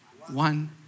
one